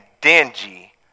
dingy